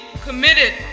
committed